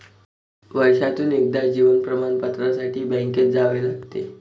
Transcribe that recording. वर्षातून एकदा जीवन प्रमाणपत्रासाठी बँकेत जावे लागते